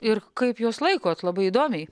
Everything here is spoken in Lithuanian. ir kaip juos laikot labai įdomiai